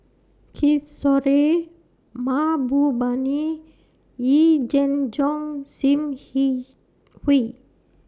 Kishore Mahbubani Yee Jenn Jong SIM He Hui